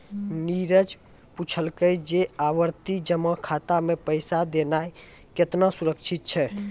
नीरज पुछलकै जे आवर्ति जमा खाता मे पैसा देनाय केतना सुरक्षित छै?